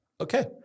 Okay